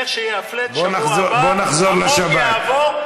איך שיהיה ה-flat בשבוע הבא החוק יעבור,